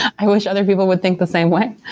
i wish other people would think the same way.